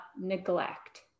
neglect